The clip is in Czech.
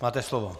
Máte slovo.